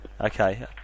Okay